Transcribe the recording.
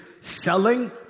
selling